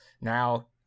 Now